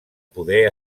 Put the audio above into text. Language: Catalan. poder